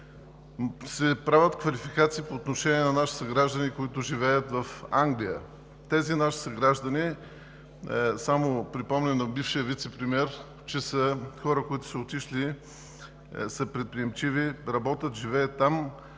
се правят квалификации по отношение на наши съграждани, които живеят в Англия? Тези наши съграждани, само припомням на бившия вицепремиер, че са хора, които са отишли, са предприемчиви – работят и живеят там.